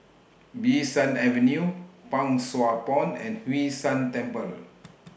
Bee San Avenue Pang Sua Pond and Hwee San Temple